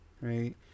right